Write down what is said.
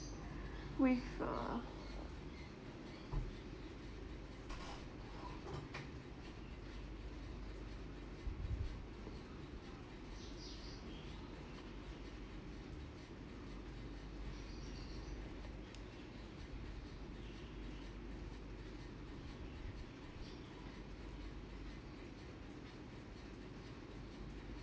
with a